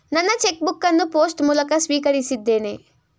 ನನ್ನ check book ಅನ್ನು post ಮೂಲಕ ಸ್ವೀಕರಿಸಿದ್ದೇನೆ